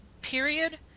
period